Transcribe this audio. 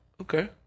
Okay